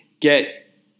get